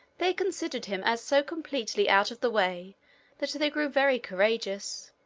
they considered him as so completely out of the way that they grew very courageous,